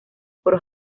por